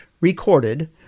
recorded